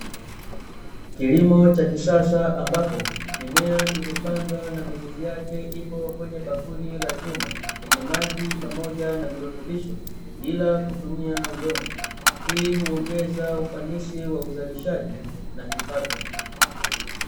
Kilimo cha kisasa ambapo, mimea imepandwa na mizizi yake ipo kwenye bakuli la chuma, lenye maji pamoja na virutubisho, bila kutumia udongo. Hii huongeza ufanisi wa uzalishaji na kipato.